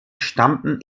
stammten